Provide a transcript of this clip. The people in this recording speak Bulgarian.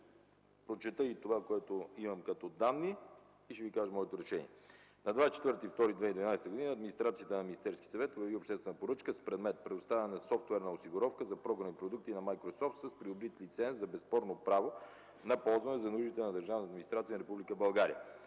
прочета и това, което имам като данни, и ще Ви кажа моето решение. На 24 февруари 2012 г. администрацията на Министерския съвет обяви обществена поръчка с предмет „Предоставяне на софтуерна осигуровка за програмни продукти на „Майкрософт” с придобит лиценз за безспорно право на ползване за нуждите на държавната администрация на Република